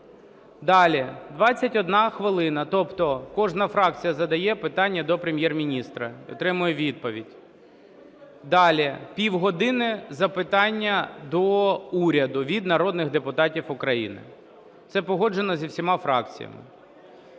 Далі, 21 хвилина, тобто кожна фракція задає питання до Прем'єр-міністра – отримує відповідь. Далі, півгодини – запитання до уряду від народних депутатів України. Це погоджено зі всіма фракціями.